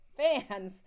fans